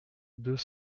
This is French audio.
deux